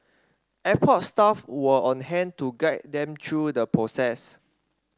airport staff were on hand to guide them through the process